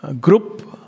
group